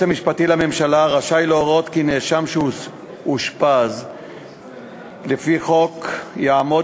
המשפטי לממשלה רשאי להורות כי נאשם שאושפז לפי החוק יועמד